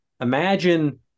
imagine